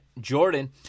Jordan